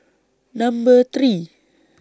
Number three